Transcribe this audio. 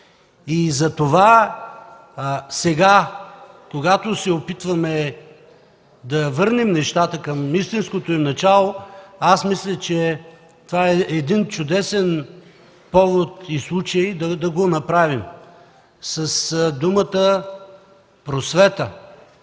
е наричало. Сега, когато се опитваме да върнем нещата към истинското им начало, мисля, че това е чудесен повод и случай да го направим с думата „просвета”,